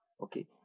Okay